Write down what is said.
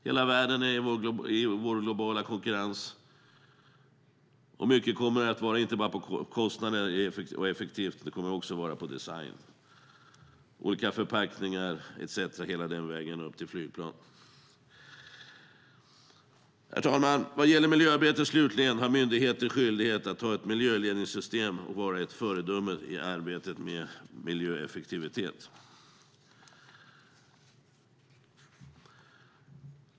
Hela världen är vår globala konkurrens, och mycket kommer att gälla inte bara kostnader och effektivitet utan också design. Det är olika förpackningar och hela vägen upp till flygplan. Herr talman! Vad gäller miljöarbetet slutligen har myndigheten skyldighet att ha ett miljöledningssystem och vara ett föredöme i arbetet med miljöeffektivitet.